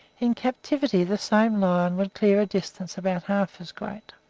in captivity the same lion would clear a distance about half as great.